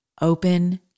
open